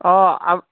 অ' আ